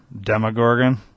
Demogorgon